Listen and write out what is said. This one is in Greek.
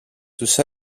τους